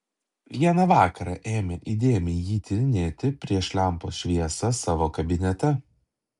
vieną vakarą ėmė įdėmiai jį tyrinėti prieš lempos šviesą savo kabinete